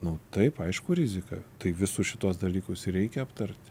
nu taip aišku rizika tai visus šituos dalykus ir reikia aptarti